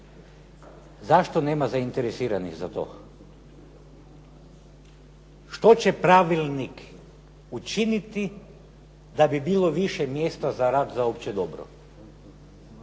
Zašto nema zainteresiranih za to? Što će pravilnik učiniti da bi bilo više mjesta za rad za opće dobro?